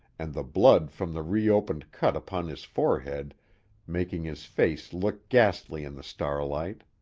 and the blood from the reopened cut upon his forehead making his face look ghastly in the starlight.